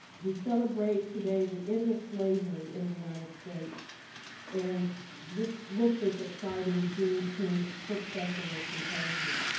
we celebrate today the end of slavery in the united states and this with this exciting juneteenth book festival symposium.